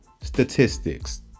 statistics